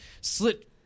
slit